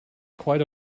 quite